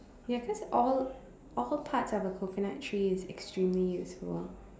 ya cause all all parts of a coconut tree is extremely useful